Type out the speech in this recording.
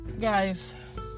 guys